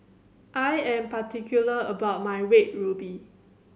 I am particular about my Red Ruby